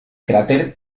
cráter